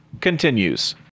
continues